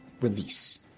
release